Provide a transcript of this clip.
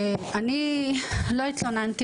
אני, אומנם, לא התלוננתי